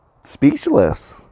speechless